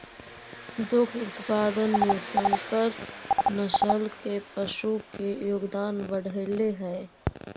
दुग्ध उत्पादन में संकर नस्ल के पशु के योगदान बढ़ले हइ